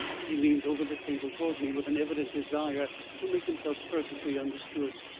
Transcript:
he leans over the table toward me with an evident desire to make himself perfectly understood.